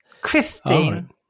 Christine